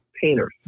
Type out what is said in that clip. painters